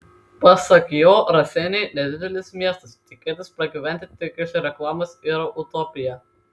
pasak jo raseiniai nedidelis miestas tikėtis pragyventi tik iš reklamos yra utopija